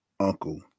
uncle